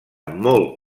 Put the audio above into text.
molt